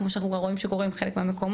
כפי שאנחנו כבר רואים שקורה בחלק מהמקומות.